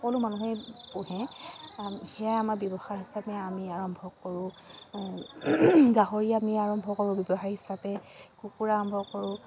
সকলো মানুহেই পোহে সেয়াই আমাৰ ব্যৱসায় হিচাপে আমি আৰম্ভ কৰোঁ গাহৰি আমি আৰম্ভ কৰোঁ ব্যৱসায় হিচাপে কুকুৰা আৰম্ভ কৰোঁ